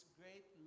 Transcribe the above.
great